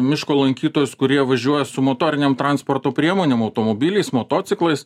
miško lankytojus kurie važiuoja su motorinėm transporto priemonėm automobiliais motociklais